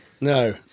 no